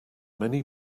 many